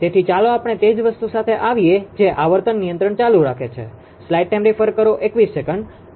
તેથી ચાલો આપણે તે જ વસ્તુ સાથે આવીએ જે આવર્તન નિયંત્રણ ચાલુ રાખે છે